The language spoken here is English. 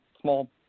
small